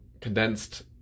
condensed